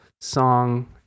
Song